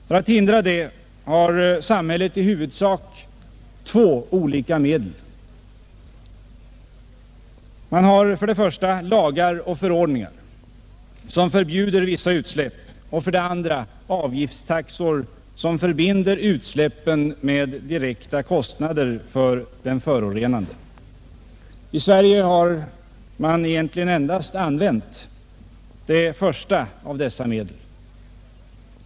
För att hindra det har samhället i huvudsak två olika medel — dels lagar och förordningar som förbjuder vissa utsläpp, dels avgiftstaxor som förbinder utsläppen med direkta kostnader för den förorenande. I Sverige har man egentligen endast använt det första av dessa medel.